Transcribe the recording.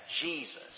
Jesus